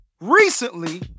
recently